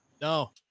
No